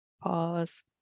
Pause